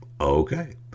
Okay